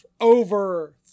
over